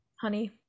Honey